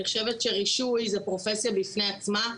אני חושבת שרישוי זו פרופסיה בפני עצמה.